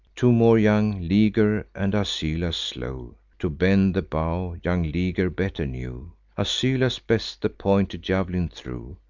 two more young liger and asylas slew to bend the bow young liger better knew asylas best the pointed jav'lin threw.